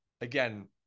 again